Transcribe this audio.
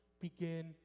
begin